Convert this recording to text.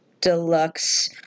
deluxe